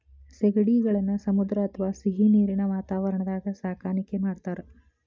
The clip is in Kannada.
ಸೇಗಡಿಗಳನ್ನ ಸಮುದ್ರ ಅತ್ವಾ ಸಿಹಿನೇರಿನ ವಾತಾವರಣದಾಗ ಸಾಕಾಣಿಕೆ ಮಾಡ್ತಾರ